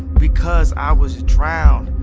because i was drowned